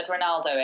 Ronaldo